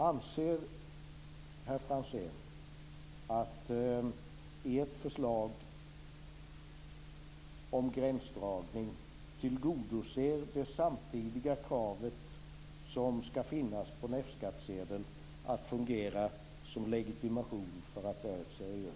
Anser herr Franzén att ert förslag om gränsdragning också tillgodoser det krav som skall ställas på en F-skattsedel att fungera som legitimation för att det är ett seriöst företag?